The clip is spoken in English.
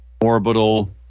orbital